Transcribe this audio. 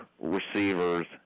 receivers